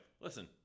listen